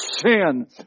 sin